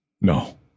No